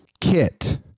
kit